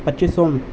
پچیس سو میں